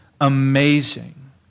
amazing